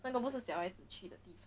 那可不是小孩子去的地方